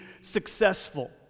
successful